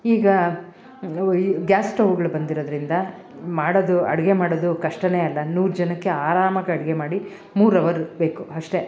ಈಗ ಈ ಗ್ಯಾಸ್ ಸ್ಟೌವ್ಗಳು ಬಂದಿರೋದರಿಂದ ಮಾಡೋದು ಅಡಿಗೆ ಮಾಡೋದು ಕಷ್ಟ ಅಲ್ಲ ನೂರು ಜನಕ್ಕೆ ಆರಾಮಾಗಿ ಅಡಿಗೆ ಮಾಡಿ ಮೂರವರ್ ಬೇಕು ಅಷ್ಟೇ